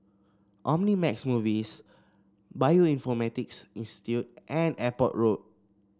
Omnimax Movies Bioinformatics Institute and Airport Road